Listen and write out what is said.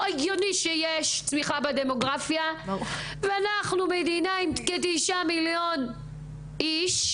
לא הגיוני שיש צמיחה בדמוגרפיה ואנחנו מדינה עם 9 מיליון איש,